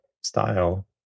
style